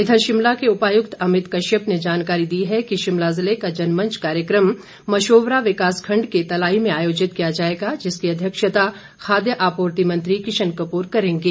इधर शिमला के उपायुक्त अमित कश्यप ने जानकारी दी है कि शिमला जिले का जनमंच कार्यक्रम मशोबरा विकास खंड के तलाई में आयोजित किया जाएगा जिसकी अध्यक्षता खाद्य आपूर्ति मंत्री किशन कपूर करेंगे